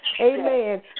Amen